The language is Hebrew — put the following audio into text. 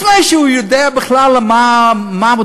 לפני שהוא יודע בכלל על מה מדובר,